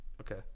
Okay